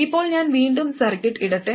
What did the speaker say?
ഇപ്പോൾ ഞാൻ വീണ്ടും സർക്യൂട്ട് ഇടട്ടെ